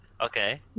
Okay